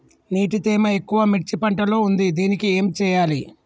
నీటి తేమ ఎక్కువ మిర్చి పంట లో ఉంది దీనికి ఏం చేయాలి?